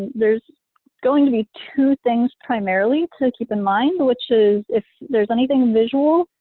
there's going to be two things primarily to keep in mind, which is if there's anything visual,